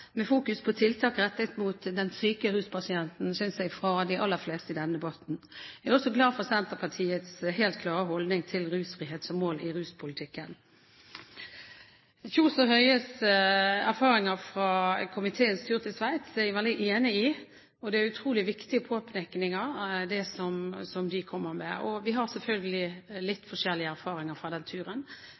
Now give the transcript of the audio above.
med fokusering – fra de aller fleste i denne debatten – på tiltak rettet mot den syke ruspasienten. Jeg er også glad for Senterpartiets helt klare holdning til rusfrihet som mål i ruspolitikken. Når det gjelder erfaringer fra komiteens tur til Sveits, er jeg veldig enig med representantene Kjos og Høie; det er utrolig viktige påpekninger de kommer med. Vi har selvfølgelig litt forskjellige erfaringer fra den turen,